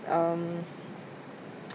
um